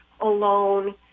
alone